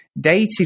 dated